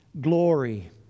glory